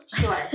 sure